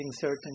certain